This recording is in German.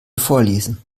vorlesen